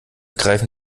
greifen